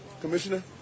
Commissioner